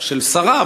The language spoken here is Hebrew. של השרה,